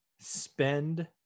spend